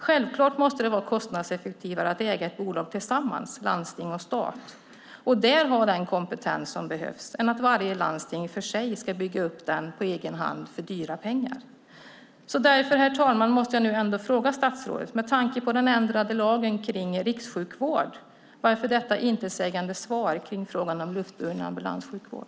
Självklart måste det vara kostnadseffektivare att äga ett bolag tillsammans, landsting och stat, och där ha den kompetens som behövs, än att varje landsting för sig ska bygga upp kompetens på egen hand för dyra pengar. Herr talman! Med tanke på den ändrade lagen om rikssjukvård, varför detta intetsägande svar om luftburen ambulanssjukvård?